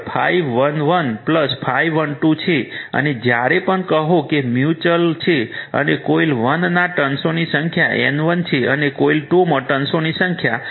તેથી ∅1 ∅11 ∅12 છે અને જ્યારે પણ કહો કે મ્યુચુઅલ છે અને કોઇલ 1 ના ટર્ન્સોની સંખ્યા N1 છે અને કોઇલ 2 માં ટર્ન્સોની સંખ્યા N2 છે